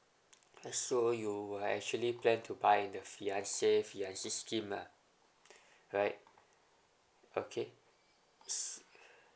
so you will actually plan to buy the fiancé fiancée scheme lah right okay